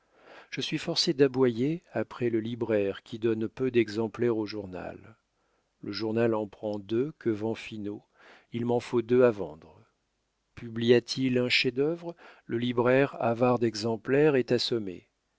je suis forcé d'aboyer après le libraire qui donne peu d'exemplaires au journal le journal en prend deux que vend finot il m'en faut deux à vendre publiât il un chef-d'œuvre le libraire avare d'exemplaires est assommé